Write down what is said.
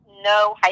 no